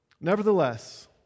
Nevertheless